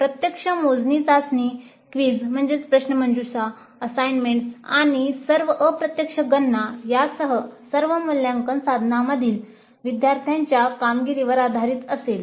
प्रत्यक्ष मोजणी चाचणी क्विझ असाइनमेंट्स आणि सर्व अप्रत्यक्ष गणना यासह सर्व मूल्यांकन साधनांमधील विद्यार्थ्यांच्या कामगिरीवर आधारित असेल